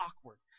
awkward